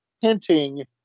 hinting